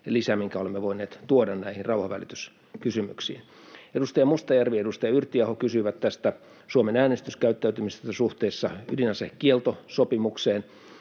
lisä, minkä olemme voineet tuoda näihin rauhanvälityskysymyksiin. Edustaja Mustajärvi ja edustaja Yrttiaho kysyivät tästä Suomen äänestyskäyttäytymisestä suhteessa ydinasekieltosopimukseen.